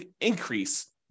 increase